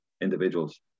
individuals